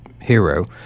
hero